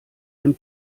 dem